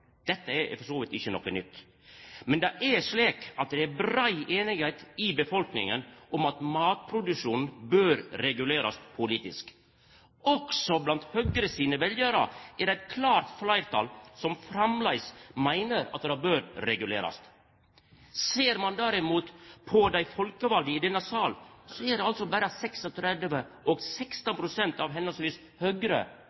Dette er for så vidt ikkje noko nytt. Men det er slik at det er brei semje i befolkninga om at matproduksjonen bør regulerast politisk. Også blant Høgre sine veljarar er det eit klart fleirtal som framleis meiner at han bør regulerast. Når det derimot gjeld dei folkevalde i denne salen, er det altså berre respektive 36 pst. og